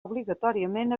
obligatòriament